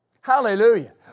Hallelujah